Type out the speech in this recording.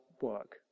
work